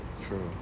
True